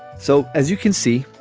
so as you can see,